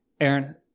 Aaron